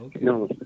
No